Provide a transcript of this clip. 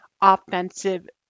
offensive